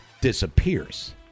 disappears